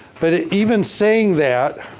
but in even saying that,